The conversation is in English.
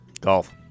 Golf